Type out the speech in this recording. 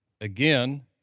again